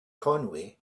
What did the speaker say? conway